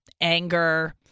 anger